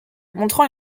montrant